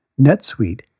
NetSuite